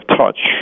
touch